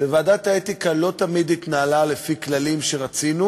ועדת האתיקה לא תמיד התנהלה לפי כללים שרצינו.